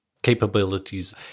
capabilities